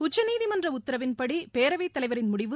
உச்சநீதிமன்ற உத்தரவின்படி பேரவைத் தலைவரின் முடிவு